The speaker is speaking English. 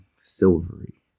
Silvery